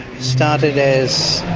started as